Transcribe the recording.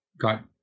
got